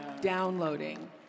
downloading